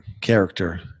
character